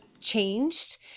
changed